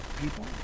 people